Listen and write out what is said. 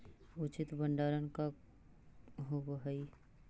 उचित भंडारण का होव हइ?